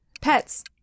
Pets